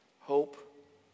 hope